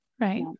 Right